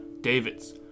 Davids